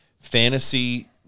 fantasy